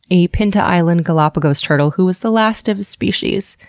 a pinta island galapagos turtle who was the last of his species,